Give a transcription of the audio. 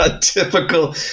Typical